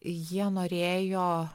jie norėjo